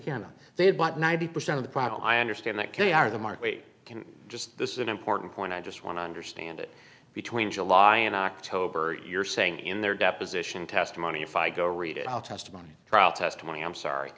know they had bought ninety percent of the product i understand that they are the mark weight can just this is an important point i just want to understand it between july and october you're saying in their deposition testimony if i go read it i'll testimony trial testimony i'm sorry